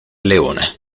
leone